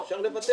אז אפשר לוותר.